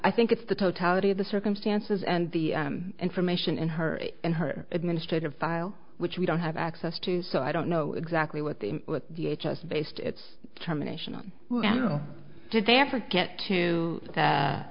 i think it's the totality of the circumstances and the information in her and her administrative file which we don't have access to so i don't know exactly what the the h s based its germination on know did they ever get to that